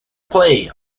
play